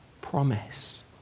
promise